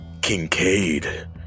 Kincaid